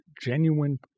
genuine